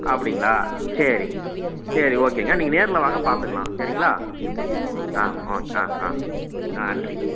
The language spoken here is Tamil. அப்படிங்களா சரி சரி ஓகேங்க நீங்கள் நேரில் வாங்க பார்த்துக்கலாம் சரிங்களா ஆ ஓகே ஆஆ நன்றி